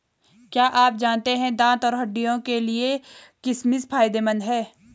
क्या आप जानते है दांत और हड्डियों के लिए किशमिश फायदेमंद है?